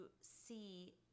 see